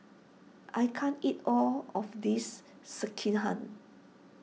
I can't eat all of this Sekihan